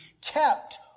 kept